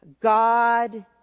God